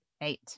Eight